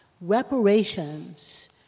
reparations